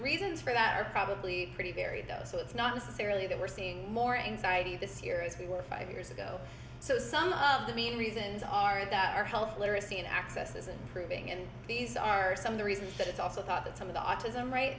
reasons for that are probably pretty varied does so it's not necessarily that we're seeing more anxiety this year as we were five years ago so some reasons are that our health literacy and access isn't proving and these are some of the reasons that it's also thought that some of the autism